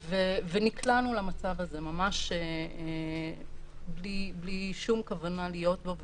ונקלענו למצב הזה ממש בלי שום כוונה להיות בו,